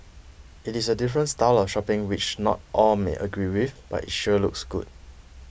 it is a different style of shopping which not all may agree with but it sure looks good